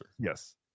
yes